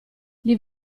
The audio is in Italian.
gli